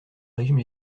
régime